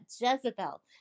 Jezebel